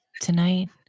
tonight